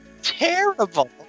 terrible